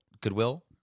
Goodwill